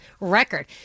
record